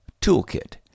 toolkit